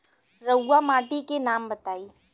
रहुआ माटी के नाम बताई?